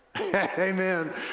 Amen